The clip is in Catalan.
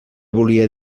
volia